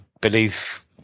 believe